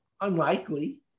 Unlikely